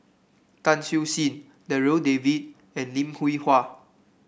Tan Siew Sin Darryl David and Lim Hwee Hua